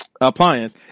appliance